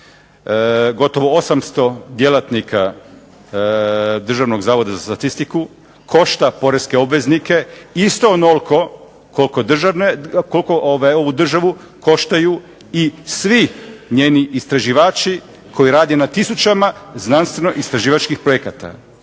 Gotovo 800 djelatnika Državnog zavoda za statistiku košta poreske obveznike isto onoliko koliko ovu državu koštaju i svi njeni istraživači koji rade na tisućama znanstveno-istraživačkih projekata.